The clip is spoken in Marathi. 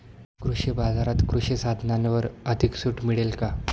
कृषी बाजारात कृषी साधनांवर अधिक सूट मिळेल का?